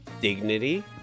dignity